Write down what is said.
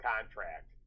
contract